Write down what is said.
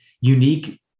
unique